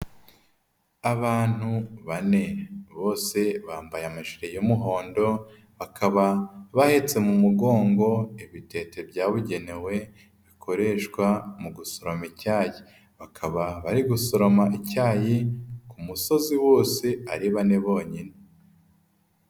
Abantu bane bose bambaye amajire y'umuhondo, bakaba bahetse mu mugongo ibitete byabugenewe bikoreshwa mu gusoroma icyayi, bakaba bari gusoroma icyayi ku musozi wose ari bane bonyine.